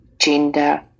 gender